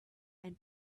and